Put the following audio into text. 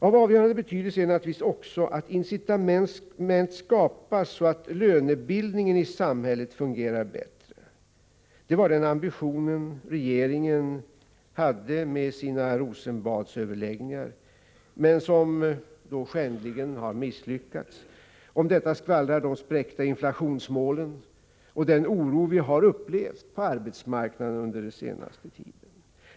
Av avgörande betydelse är naturligtvis också att incitament skapas så att lönebildningen i samhället fungerar bättre. Det var den ambitionen regeringen hade med sina Rosenbadsöverläggningar som skändligen har misslyckats. Om detta skvallrar de spräckta inflationsmålen och den oro vi har upplevt på arbetsmarknaden under den senaste tiden.